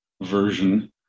version